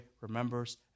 remembers